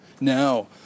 now